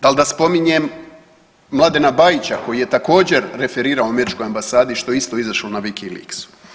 Dal da spominjem Mladena Bajića koji je također referirao u američkoj ambasadi i što je isto izašlo na WikiLeaksu?